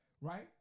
Right